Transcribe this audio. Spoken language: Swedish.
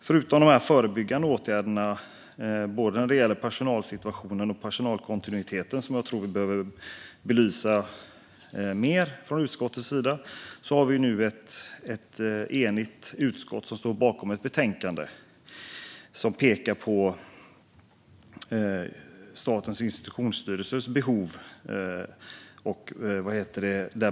Förutom de förebyggande åtgärderna när det gäller personalsituationen och personalkontinuiteten, som vi behöver belysa mer från utskottets sida, finns nu ett enigt utskott som står bakom ett betänkande som pekar på behoven i Statens institutionsstyrelse.